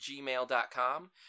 gmail.com